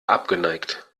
abgeneigt